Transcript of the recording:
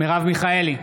מרב מיכאלי,